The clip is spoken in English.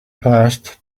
passed